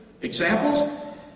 Examples